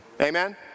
Amen